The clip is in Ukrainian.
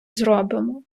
зробимо